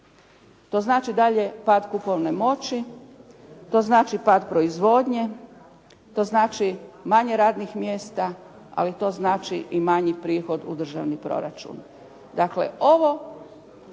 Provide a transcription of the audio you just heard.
To znači dalje pad kupovne moći, to znači pad proizvodnje, to znači manje radnih mjesta, ali to znači i manji prihod u državni proračun.